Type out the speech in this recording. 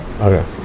Okay